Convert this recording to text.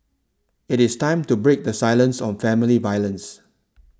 it is time to break the silence on family violence